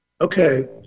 Okay